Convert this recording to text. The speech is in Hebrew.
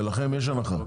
ולכם יש הנחה?